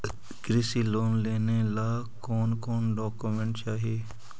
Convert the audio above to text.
कृषि लोन लेने ला कोन कोन डोकोमेंट चाही?